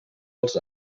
els